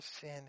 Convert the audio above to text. sin